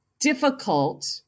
difficult